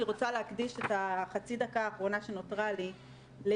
אני רוצה להקדיש את חצי הדקה שנותרה לי לאיציק